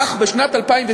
כך בשנת 2012,